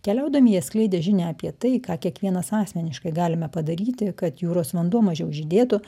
keliaudami jie skleidė žinią apie tai ką kiekvienas asmeniškai galime padaryti kad jūros vanduo mažiau žydėtų